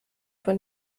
von